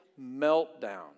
meltdown